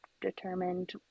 determined